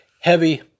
heavy